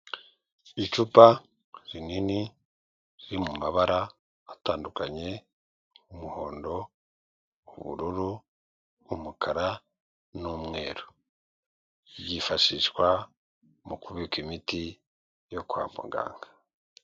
Icupa rinini riri mu mabara atandukanye; umuhondo, ubururu, umukara n'umweru. Byifashishwa mu kubika imiti yo kwa muganga.